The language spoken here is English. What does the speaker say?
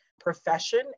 profession